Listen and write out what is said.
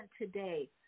today